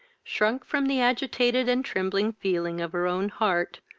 shrunk from the agitated and trembling feeling of her own heart,